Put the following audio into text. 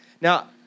Now